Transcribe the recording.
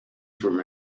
from